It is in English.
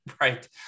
Right